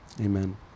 Amen